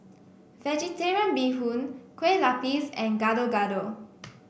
vegetarian Bee Hoon Kueh Lapis and Gado Gado